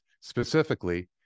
Specifically